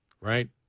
Right